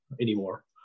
anymore